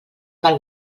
pel